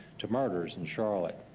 to murders in charlotte.